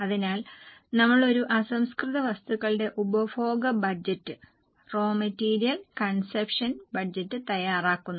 അതിനാൽ നമ്മൾ ഒരു അസംസ്കൃത വസ്തുക്കളുടെ ഉപഭോഗ ബജറ്റ് തയ്യാറാക്കുന്നു